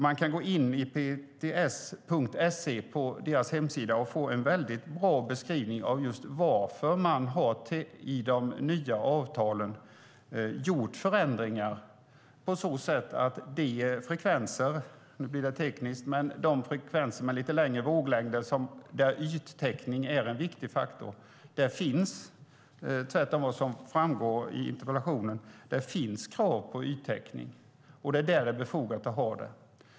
Man kan gå in på hemsidan, pts.se, och få en bra beskrivning av varför man i de nya avtalen har gjort förändringar på de frekvenser - nu blir det tekniskt - med lite längre våglängder där yttäckning är en viktig faktor. Där finns, tvärtemot vad som framgår i interpellationen, krav på yttäckning, och det är där det är befogat att ha det.